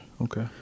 Okay